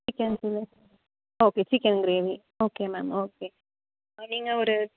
chicken fry okay chicken gravy okay ma'am okay நீங்கள் ஒரு